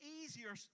easier